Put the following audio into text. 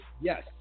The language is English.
Yes